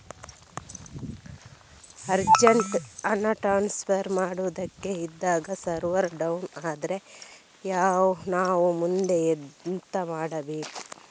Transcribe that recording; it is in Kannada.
ಅರ್ಜೆಂಟ್ ಹಣ ಟ್ರಾನ್ಸ್ಫರ್ ಮಾಡೋದಕ್ಕೆ ಇದ್ದಾಗ ಸರ್ವರ್ ಡೌನ್ ಆದರೆ ನಾವು ಮುಂದೆ ಎಂತ ಮಾಡಬೇಕು?